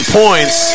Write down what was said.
points